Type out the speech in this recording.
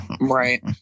Right